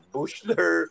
Bushler